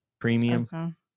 premium